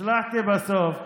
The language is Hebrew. הצלחתי בסוף.